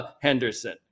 Henderson